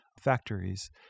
factories